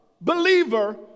believer